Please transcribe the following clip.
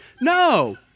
No